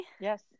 Yes